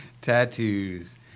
Tattoos